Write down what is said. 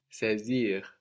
saisir